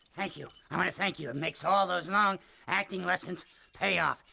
thank you, i wanna thank you. it makes all those long acting lessons pay off.